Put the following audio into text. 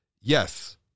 yes